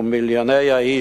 ומיליוני איש,